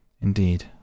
indeed